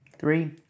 Three